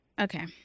Okay